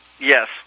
Yes